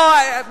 בגלל, לא, בוא.